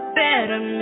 better